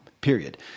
period